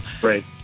Great